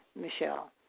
Michelle